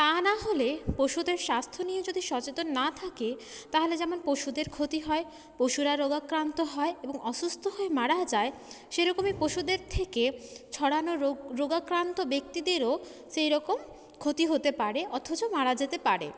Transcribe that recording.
তা নাহলে পশুদের স্বাস্থ্য নিয়ে যদি সচেতন না থাকে তাহলে যেমন পশুদের ক্ষতি হয় পশুরা রোগাক্রান্ত হয় এবং অসুস্থ হয়ে মারাও যায় সেরকমই পশুদের থেকে ছড়ানো রোগ রোগাক্রান্ত ব্যক্তিদেরও সেইরকম ক্ষতি হতে পারে অথবা মারা যেতে পারে